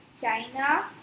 China